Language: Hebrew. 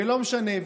ולא משנה,